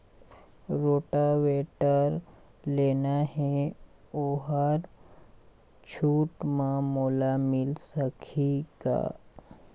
Rotavator लेना हे ओहर छूट म मोला मिल सकही का?